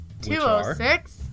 206